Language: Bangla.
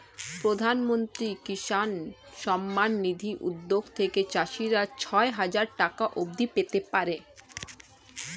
প্রধানমন্ত্রী কিষান সম্মান নিধি উদ্যোগ থেকে চাষিরা ছয় হাজার টাকা অবধি পেতে পারে